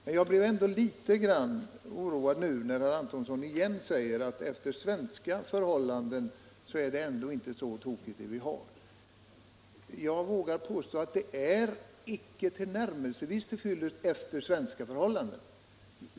Men jag blir ändå litet oroad när herr Antonsson nu igen säger att vår beredskap efter svenska förhållanden ändå inte är så tokig. Jag vågar påstå att den inte är ens tillnärmelsevis till fyllest efter svenska förhållanden.